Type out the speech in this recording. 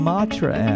Matra